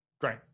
Great